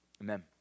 Amen